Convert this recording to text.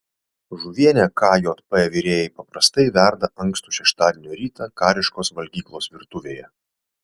žuvienę kjp virėjai paprastai verda ankstų šeštadienio rytą kariškos valgyklos virtuvėje